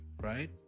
Right